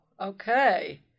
okay